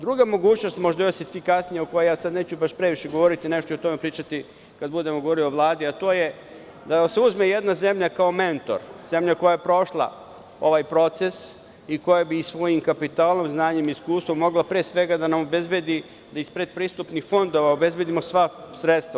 Druga mogućnost, možda i efikasnija, o kojoj ja sad neću baš previše govoriti, nešto ću o tome pričati kad budemo govorili o Vladi, a to je da vas uzme jedna zemlja kao mentor, zemlja koja je prošla ovaj proces i koja bi svojim kapitalom, znanjem i iskustvom mogla pre svega da nam obezbedi da iz predpristupnih fondova obezbedimo sva sredstva.